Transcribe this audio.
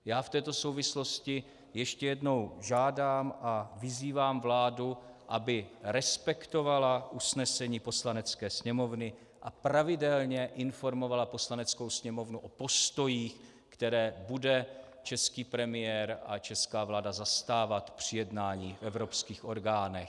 Já v této souvislosti ještě jednou žádám a vyzývám vládu, aby respektovala usnesení Poslanecké sněmovny a pravidelně informovala Poslaneckou sněmovnu o postojích, které bude český premiér a česká vláda zastávat při jednání v evropských orgánech.